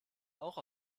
auch